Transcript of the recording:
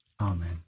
Amen